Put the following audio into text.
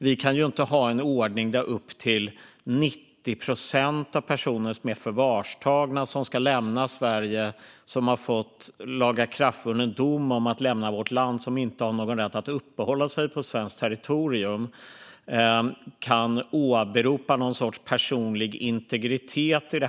Vi kan inte ha en ordning där upp till 90 procent av de personer som är förvarstagna, som ska lämna Sverige, som har fått lagakraftvunnen dom om att lämna vårt land och som inte har någon rätt att uppehålla sig på svenskt territorium, kan åberopa någon sorts personlig integritet.